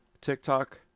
TikTok